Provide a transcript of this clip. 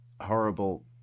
horrible